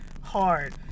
hard